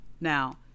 now